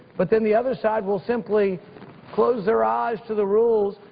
but then the other side will simply close their eyes to the rules.